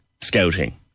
scouting